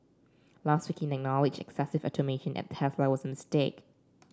last week he acknowledged excessive at Tesla was a mistake